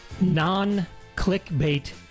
...non-clickbait